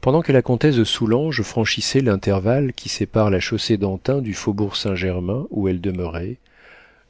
pendant que la comtesse de soulanges franchissait l'intervalle qui sépare la chaussée-d'antin du faubourg saint-germain où elle demeurait